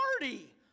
party